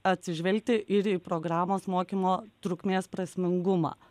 atsižvelgti ir į programos mokymo trukmės prasmingumą